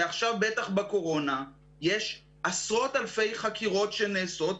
ועכשיו בטח בקורונה, יש עשרות אלפי חקירות שנעשות.